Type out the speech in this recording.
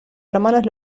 hermanos